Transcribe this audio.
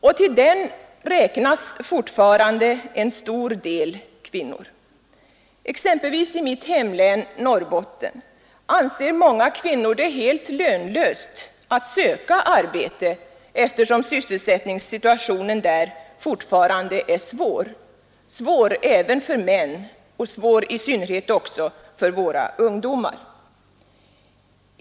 Och till denna räknas fortfarande en stor del kvinnor. Exempelvis i mitt hemlän Norrbotten anser många kvinnor det lönlöst att söka arbeten eftersom sysselsättningssituationen där fortfarande är svår — även för männen och i synnerhet också för våra ungdomar.